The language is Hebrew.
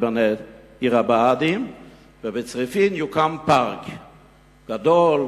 ובצריפין יוקם פארק גדול,